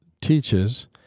teaches